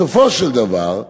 בסופו של דבר,